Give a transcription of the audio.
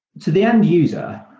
to the end user,